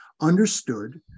understood